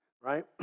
right